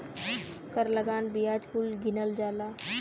कर लगान बियाज कुल गिनल जाला